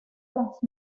las